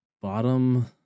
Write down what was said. bottom